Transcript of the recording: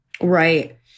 Right